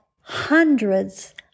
hundreds